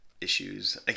issues